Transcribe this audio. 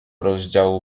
rozdziału